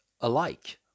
alike